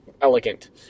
Elegant